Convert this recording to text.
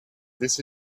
this